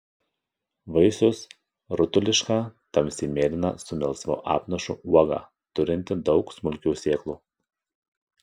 vaisius rutuliška tamsiai mėlyna su melsvu apnašu uoga turinti daug smulkių sėklų